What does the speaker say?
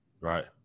Right